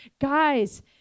Guys